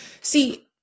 see